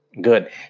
Good